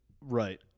Right